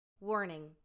Warning